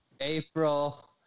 April